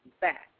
back